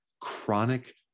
chronic